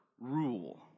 rule